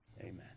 amen